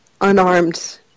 unarmed